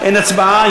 אין הצבעה,